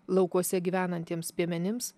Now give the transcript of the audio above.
laukuose gyvenantiems piemenims